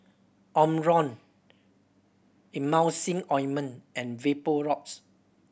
Omron Emulsying Ointment and Vapodrops